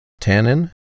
Tannin